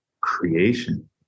creation